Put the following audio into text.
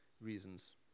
reasons